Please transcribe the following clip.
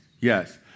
Yes